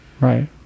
Right